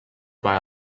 buy